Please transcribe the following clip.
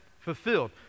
fulfilled